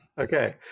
Okay